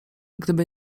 gdyby